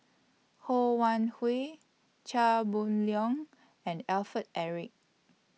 Ho Wan Hui Chia Boon Leong and Alfred Eric